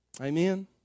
Amen